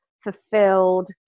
fulfilled